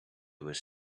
was